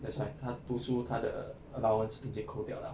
that's why 他读书他的 allowance 已经扣掉了